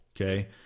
okay